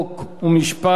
חוק ומשפט,